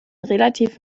relativ